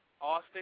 Austin